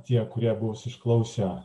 tie kurie bus išklausę